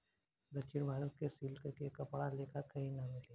दक्षिण भारत के सिल्क के कपड़ा लेखा कही ना मिले